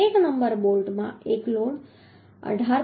તેથી 1 નંબર બોલ્ટમાં એક લોડ 18